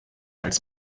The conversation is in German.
als